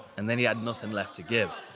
and then he had nothing left to give.